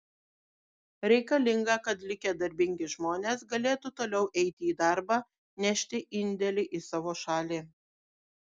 reikalinga kad likę darbingi žmonės galėtų toliau eiti į darbą nešti indėlį į savo šalį